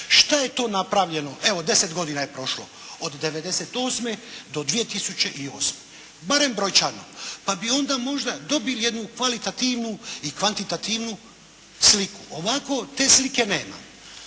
šta je to napravljeno, evo 10 godina je prošlo od 98. do 2008. Barem brojčano. Pa bi onda možda dobili jedna kvalitativnu i kvantitativnu sliku. Ovako te slike nema.